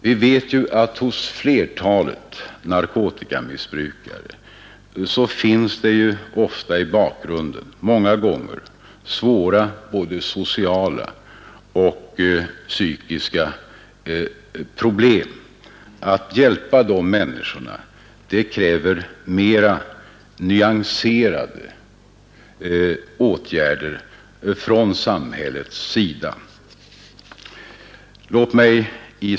Vi vet ju att det när det är fråga om narkotikamissbrukare ofta i bakgrunden finns svåra både sociala och psykiska problem. Att hjälpa dessa människor kräver mer nyanserade åtgärder från samhällets sida.